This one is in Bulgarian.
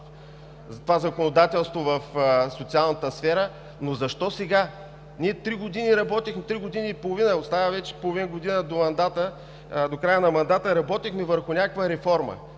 на законодателството в социалната сфера, но защо сега? Три години, три години и половина – остава вече половин година до края на мандата, работихме върху някаква реформа,